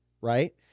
Right